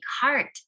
heart